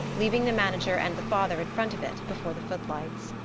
leaving the manager and the father in front of it before the footlights.